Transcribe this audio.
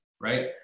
right